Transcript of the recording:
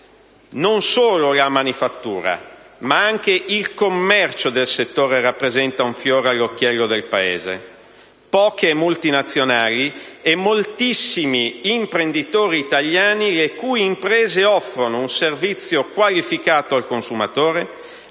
Non solo la manifattura, ma anche il commercio del settore rappresenta un fiore all'occhiello del Paese: poche multinazionali e moltissimi imprenditori italiani, le cui imprese offrono un servizio qualificato al consumatore,